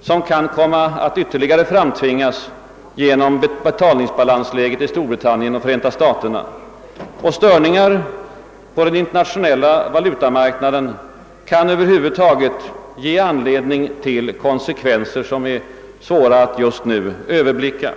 som kan komma att ytterligare framtvingas genom betalningsbalansens läge i Storbritannien och Förenta staterna. Störningarna på den internationella valutamarknaden kan över huvud taget medföra konsekvenser som är svåra att just nu överblicka.